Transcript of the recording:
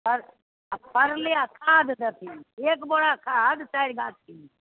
पर परले आ खाद देथिन एक बोरा खाद चारि गाछमे